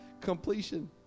Completion